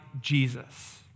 Jesus